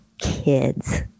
kids